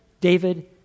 David